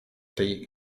tej